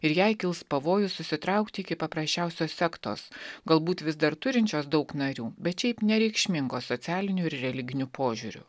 ir jai kils pavojus susitraukti iki paprasčiausios sektos galbūt vis dar turinčios daug narių bet šiaip nereikšmingos socialinių ir religiniu požiūriu